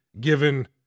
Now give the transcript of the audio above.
given